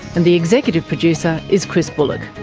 and the executive producer is chris bullock.